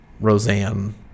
Roseanne